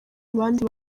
abandi